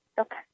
Okay